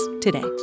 today